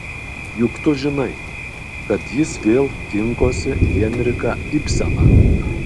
juk tu žinai kad jis vėl kinkosi henriką ibseną